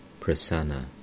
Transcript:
Prasanna